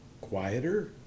quieter